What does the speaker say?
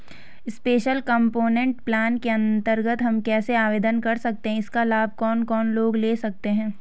Special component plan के अन्तर्गत हम कैसे आवेदन कर सकते हैं इसका लाभ कौन कौन लोग ले सकते हैं?